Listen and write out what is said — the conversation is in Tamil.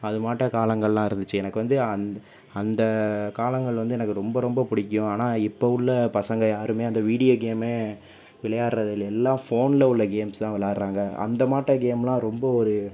அது மாட்ட காலங்களெலாம் இருந்திச்சு எனக்கு வந்து அந்த அந்த காலங்கள் வந்து எனக்கு ரொம்ப ரொம்ப பிடிக்கும் ஆனால் இப்போ உள்ள பசங்கள் யாரும் அந்த வீடியோ கேம்மே விளையாடுவது இல்லை எல்லாம் ஃபோனில் உள்ள கேம்ஸ் தான் விளாடுறாங்க அந்த மாட்டம் கேமெலாம் ரொம்ப ஒரு